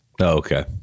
Okay